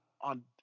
on